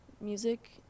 music